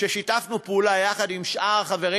ושיתפנו פעולה יחד עם שאר החברים.